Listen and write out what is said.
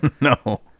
No